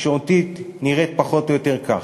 התקשורתית נראית פחות או יותר כך: